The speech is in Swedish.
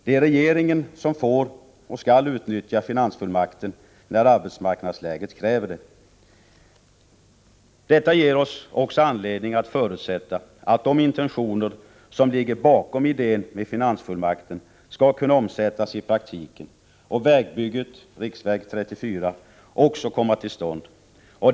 Det är regeringen som får och skall utnyttja finansfullmakten när arbetsmarknadsläget kräver det. Detta ger oss också anledning att förutsätta att de intentioner som ligger bakom idén med finansfullmakten skall kunna omsättas i praktiken och att vägbygget — riksväg 34 — också skall komma till stånd.